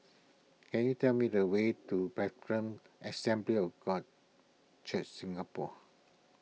can you tell me the way to Background Assembly of God Church Singapore